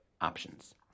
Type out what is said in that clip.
Options